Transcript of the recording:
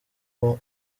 uwo